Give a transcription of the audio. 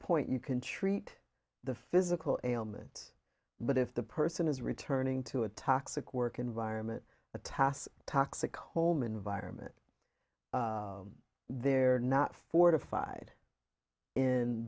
point you can treat the physical ailment but if the person is returning to a toxic work environment the tasks toxic home environment they're not fortified in